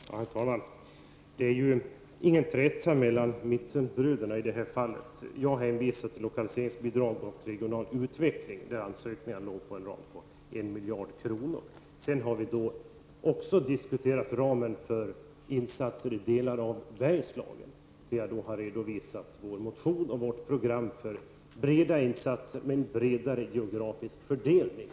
Herr talman! Det finns ingen träta mellan mittenbröderna i det här fallet. Jag hänvisar till lokaliseringsbidrag och regional utveckling. Ansökningarna låg på en ram kring 1 miljard kronor. Vi har vidare diskuterat ramen för insatser i delar av Bergslagen. Jag har redovisat vår motion och vårt program för breda insatser med en bredare geografisk fördelning.